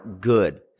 good